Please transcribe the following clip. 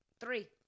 three